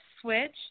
Switch